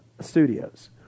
studios